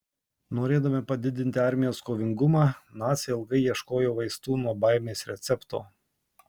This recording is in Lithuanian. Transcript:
norėdami padidinti armijos kovingumą naciai ilgai ieškojo vaistų nuo baimės recepto